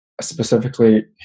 specifically